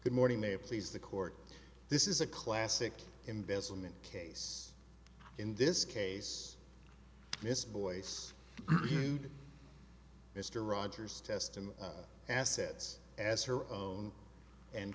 good morning may please the court this is a classic embezzlement case in this case this voice mr rogers testim assets as her own and